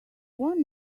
one